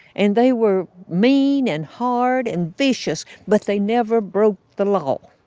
and they were mean and hard and vicious, but they never broke the law